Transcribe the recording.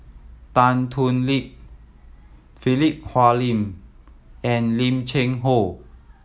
Tan Thoon Lip Philip Hoalim and Lim Cheng Hoe